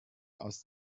aus